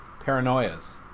paranoias